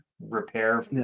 repair